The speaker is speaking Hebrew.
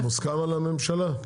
מוסכם על הממשלה?